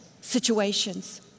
situations